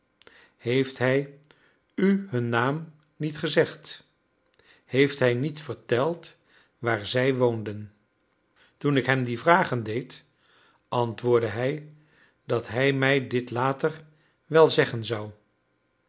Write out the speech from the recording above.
heeft hij u hun naam niet gezegd heeft hij niet verteld waar zij woonden toen ik hem die vragen deed antwoordde hij dat hij mij dit later wel zeggen zou